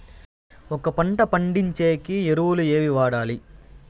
ఒక పంట పండించేకి ఎరువులు ఏవి వాడాలి?